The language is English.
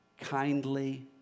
kindly